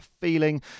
feeling